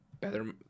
better